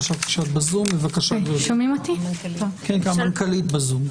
חשבתי שאת בזום אבל המנכ"לית היא בזום,